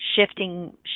shifting